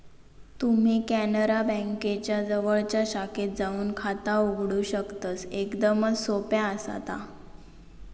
तुम्ही कॅनरा बँकेच्या जवळच्या शाखेत जाऊन खाता उघडू शकतस, एकदमच सोप्या आसा ता